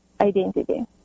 identity